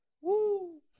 woo